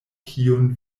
kiun